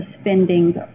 spending